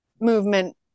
movement